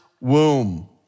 womb